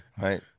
Right